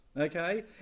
okay